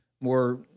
more